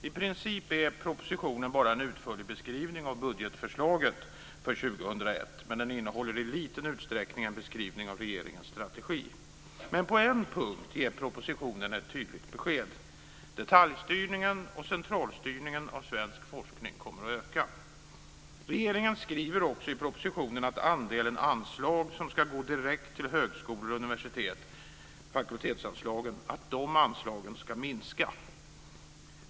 I princip är propositionen mera en utförliga beskrivning av budgetförslaget för 2001, men den innehåller i liten utsträckning en beskrivning av regeringens strategi. Men på en punkt ger propositionen ett tydligt besked - detaljstyrningen och centralstyrningen av svensk forskning kommer att öka. Regeringen skriver också i propositionen att andelen anslag som går direkt till högskolor och universitet, fakultetsanslagen, ska minska.